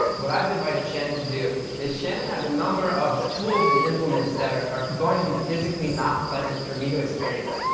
what i've invited shannon to do is shannon has a number of tools and implements that are going to be a physically not pleasant for me to experience.